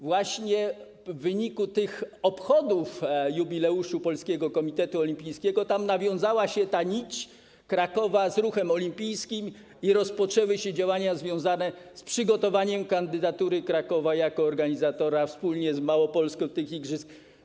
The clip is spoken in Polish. Właśnie w wyniku obchodów jubileuszu Polskiego Komitetu Olimpijskiego nawiązała się ta nić porozumienia Krakowa z ruchem olimpijskim i rozpoczęły się działania związane z przygotowaniem kandydatury Krakowa do organizacji, wspólnie z Małopolską, tych igrzysk.